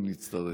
אם נצטרך.